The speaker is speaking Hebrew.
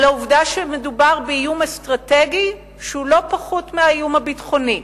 על העובדה שמדובר באיום אסטרטגי שהוא לא פחוּת מהאיום הביטחוני.